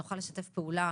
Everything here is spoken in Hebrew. שנוכל לשתף פעולה.